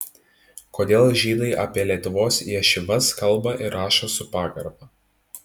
kodėl žydai apie lietuvos ješivas kalba ir rašo su pagarba